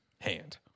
Hand